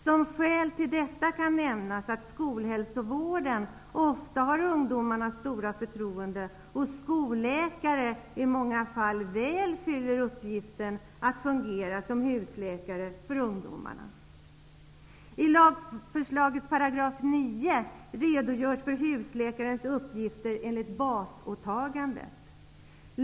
Som skäl till detta kan nämnas att skolhälsovården ofta har ungdomarnas stora förtroende och att skolläkare i många fall väl fyller uppgiften att fungera som husläkare för ungdomarna. I lagförslagets 9 § redogörs för husläkarens uppgifter enligt basåtagandet.